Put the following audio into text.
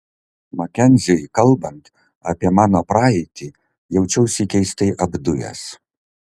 makenziui kalbant apie mano praeitį jaučiausi keistai apdujęs